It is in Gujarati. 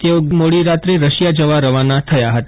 તેઓ મોડી રાત્રે રશિયા જવા રવાના થયા હતા